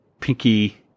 Pinky